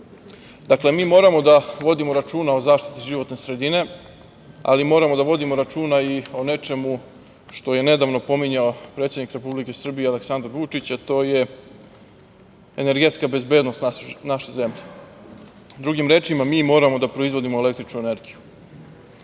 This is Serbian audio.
državi. Dakle, mi moramo da vodimo računa o zaštiti životne sredine, ali moramo da vodimo računa i o nečemu što je nedavno pominjao predsednik Republike Srbije, Aleksandar Vučić, a to je, energetska bezbednost naše zemlje. Drugim rečima, mi moramo da proizvodimo električnu energiju,